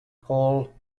paul